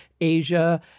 Asia